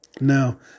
Now